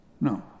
No